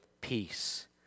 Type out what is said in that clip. peace